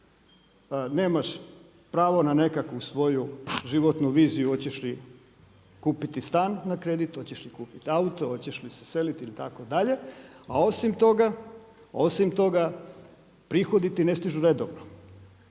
nemaš pravo na nekakvu svoju životnu viziju hoćeš li kupiti stan na kredit, hoćeš li kupiti auto, hoćeš li se seliti ili itd. A osim toga prihodi ti ne stižu redovno.